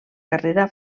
carrera